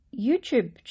YouTube